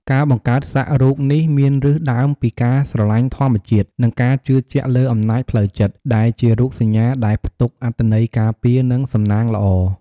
ការបង្កើតសាក់រូបនេះមានឫសដើមពីការស្រឡាញ់ធម្មជាតិ និងការជឿជាក់លើអំណាចផ្លូវចិត្ត ដែលជារូបសញ្ញាដែលផ្ទុកអត្ថន័យការពារ និងសំណាងល្អ។